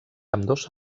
ambdós